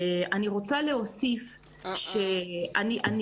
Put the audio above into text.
אני רוצה להוסיף --- לא,